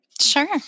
Sure